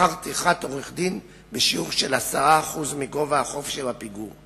שכר טרחת עורך-דין בשיעור של 10% מגובה החוב שבפיגור.